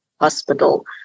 hospital